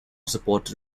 supported